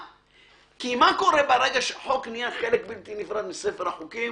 מה קורה ברגע שחוק נהיה חלק בלתי נפרד מספר החוקים?